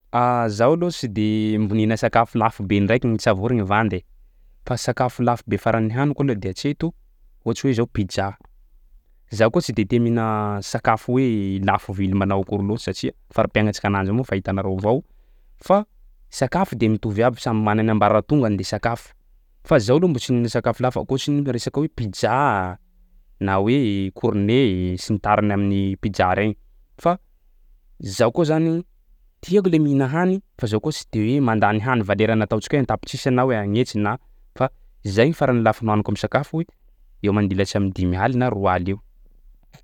Zaho aloha tsy de mbo nihina sakafo lafobe ndraiky tsy avory gny vandy e, fa sakafo lafobe farany nihaniko aloha de hatreto ohatry hoe zao pizza, zaho koa tsy de tia mihina sakafo hoe lafo vily manao akory loatsy satsia fari-piainantsika ana zao moa fa hitanareo avao fa sakafo de mitovy iaby samby mana ny ambaratongany le sakafo. Fa zaho aloha mbo tsy nihina sakafo lafo ankoatsy ny resaka hoe pizza na hoe cornet sy tariny amin'ny pizza regny fa zaho koa zany tiako le mihina hany fa zaho koa tsy de hoe mandany hany valeranà ataontsika hoe an-tapitrisa na hoe agn'hetsy na fa zay ny farany lafo nohaniko am'sakafo hoe eo am'mandilatsy am'dimy aly na roa aly eo.